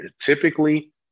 typically